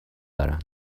دارن